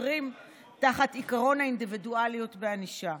וחותרים תחת עקרון האינדיבידואליות בענישה.